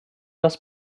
das